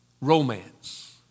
Romance